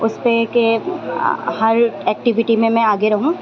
اس پہ کہ ہر ایکٹیویٹی میں میں آگے رہوں